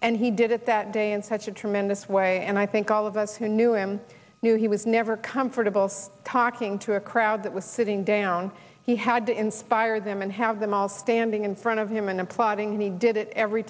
and he did it that day in such a tremendous way and i think all of us who knew him knew he was never comfortable talking to a crowd that was sitting down he had to inspire them and have them all standing in front of him and applauding he did it every